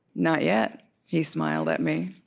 not yet he smiled at me